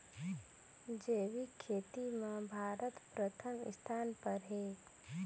जैविक खेती म भारत प्रथम स्थान पर हे